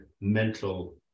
mental